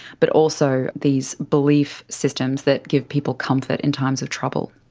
but also these belief systems that give people comfort in times of trouble.